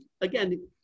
again